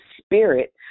spirit